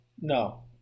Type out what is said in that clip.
No